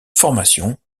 formation